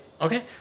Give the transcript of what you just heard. Okay